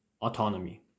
autonomy